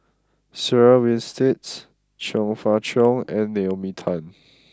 Sarah Winstedt Chong Fah Cheong and Naomi Tan